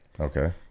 Okay